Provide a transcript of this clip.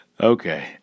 Okay